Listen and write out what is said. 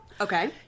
Okay